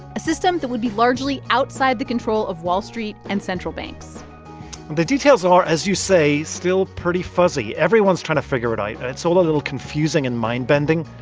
a system that would be largely outside the control of wall street and central banks the details are, as you say, still pretty fuzzy. everyone's trying to figure it out, and it's all a little confusing and mind-bending.